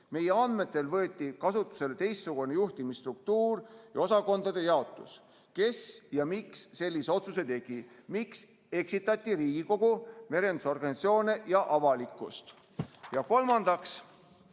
Meie andmetel võeti kasutusele teistsugune juhtimisstruktuur ja osakondade jaotus. Kes ja miks sellise otsuse tegi? Miks eksitati Riigikogu, merendusorganisatsioone ja avalikkust?" Kolmandaks: